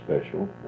special